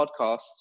podcasts